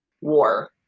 War